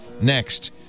next